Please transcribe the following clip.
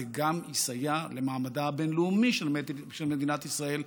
זה יסייע גם למעמדה הבין-לאומי של מדינת ישראל,